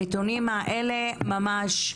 הנתונים האלה ממש,